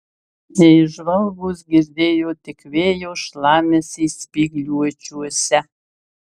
neįžvalgūs girdėjo tik vėjo šlamesį spygliuočiuose